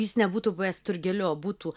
jis nebūtų buvęs turgeliu o būtų